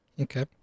Okay